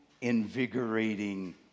invigorating